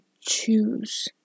choose